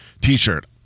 T-shirt